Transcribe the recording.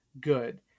good